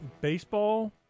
baseball